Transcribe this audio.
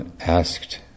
asked